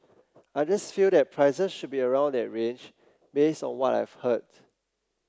I just feel that prices should be around that range based on what I've heard